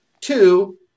two